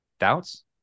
doubts